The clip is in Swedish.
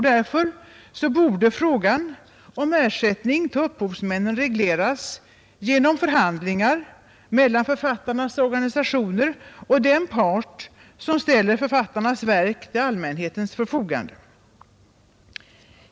Därför borde frågan om ersättning till upphovsmännen regleras genom förhandlingar mellan författarnas organisationer och den part som ställer författarnas verk till allmänhetens förfogande.